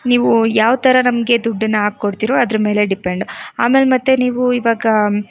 ನೀವು ಯಾವ ಥರ ನಮಗೆ ದುಡ್ಡನ್ನು ಹಾಕ್ಕೊಡ್ತಿರೋ ಅದರ ಮೇಲೆ ಡಿಪೆಂಡ್ ಆಮೇಲೆ ಮತ್ತೆ ನೀವು ಇವಾಗ